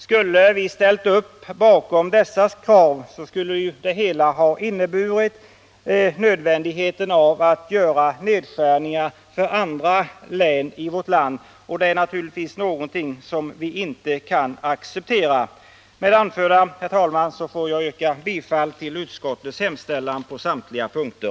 Skulle vi ha ställt oss bakom deras krav skulle det ha inneburit att det blivit nödvändigt att göra nedskärningar för andra län i vårt land. Det är naturligtvis någonting som vi inte kan acceptera. Herr talman! Med det anförda får jag yrka bifall till utskottets hemställan på samtliga punkter.